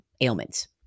ailments